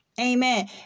amen